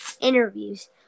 Interviews